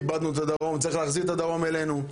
איבדנו את הדרום, צריך להחזיר את הדרום אלינו.